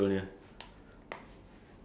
after end school go to work